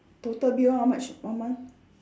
total bill how much one month